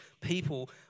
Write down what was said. people